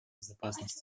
безопасности